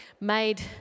made